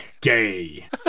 Gay